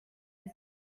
out